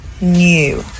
new